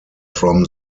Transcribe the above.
from